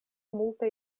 multe